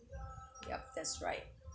yup that's right